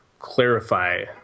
clarify